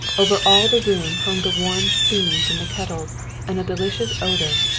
over all the room hung the warm steam from the kettles, and a delicious odor,